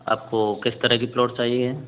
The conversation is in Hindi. आपको किस तरह का प्लॉट चाहिए